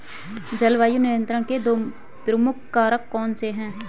जलवायु नियंत्रण के दो प्रमुख कारक कौन से हैं?